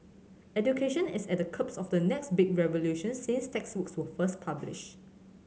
education is at the cups of the next big revolution since textbooks were first published